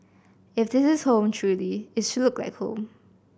if this is home truly it should look like home